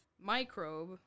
Microbe